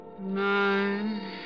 nine